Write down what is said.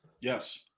Yes